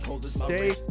stay